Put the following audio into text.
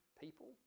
people